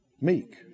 Meek